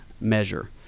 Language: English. measure